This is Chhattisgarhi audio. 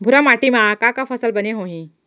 भूरा माटी मा का का फसल बने होही?